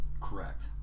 correct